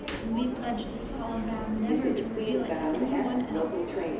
and we pledged a solemn vow never to reveal it to anyone else.